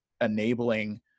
enabling